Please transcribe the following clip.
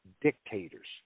dictators